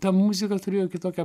ta muzika turėjo kitokią